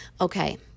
okay